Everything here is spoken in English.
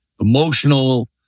emotional